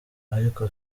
ariko